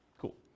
Cool